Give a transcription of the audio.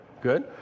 good